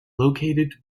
located